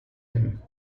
him